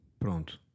Pronto